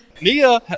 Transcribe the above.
Nia